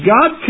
God